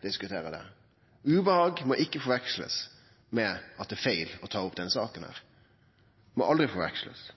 diskutere det. Ubehag må ikkje forvekslast med at det er feil å ta opp denne saka. Det må aldri forvekslast.